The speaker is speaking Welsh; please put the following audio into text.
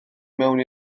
mewn